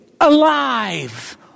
alive